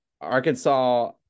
Arkansas